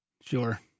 Sure